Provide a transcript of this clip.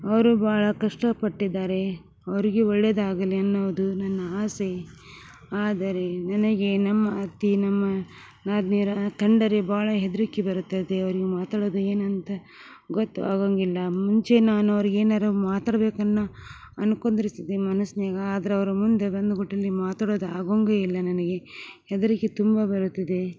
ಅವರು ಭಾಳ ಕಷ್ಟಪಟ್ಟಿದ್ದಾರೆ ಅವರಿಗೆ ಒಳ್ಳೆಯದಾಗಲಿ ಅನ್ನೋದು ನನ್ನ ಆಸೆ ಆದರೆ ನನಗೆ ನಮ್ಮ ಅತ್ತೆ ನಮ್ಮ ನಾದ್ನಿಯರ ಕಂಡರೆ ಭಾಳ ಹೆದರಿಕೆ ಬರುತ್ತದೆ ಅವ್ರಿಗೆ ಮಾತಾಡೋದು ಏನಂತ ಗೊತ್ತು ಆಗೋವಂಗಿಲ್ಲ ಮುಂಚೆ ನಾನು ಅವ್ರಿಗೇನಾರ ಮಾತಾಡಬೇಕೆನ್ನ ಅನ್ಕೊಂದ್ರಸಿದ್ದಿ ಮನಸ್ನ್ಯಾಗ ಆದ್ರೆ ಅವ್ರು ಮುಂದೆ ಬಂದ್ಬಿಟ್ಟು ಅಲ್ಲಿ ಮಾತಾಡೋದು ಆಗುವಂಗೆ ಇಲ್ಲ ನನಗೆ ಹೆದರಿಕೆ ತುಂಬ ಬರುತ್ತಿದೆ